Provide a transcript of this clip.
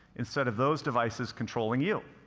instead of those devices controlling you.